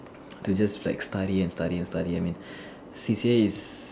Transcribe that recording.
to just like study and study and study I mean C_C_A is